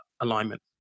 alignment